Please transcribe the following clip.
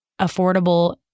affordable